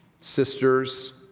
sisters